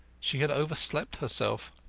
she had overslept herself.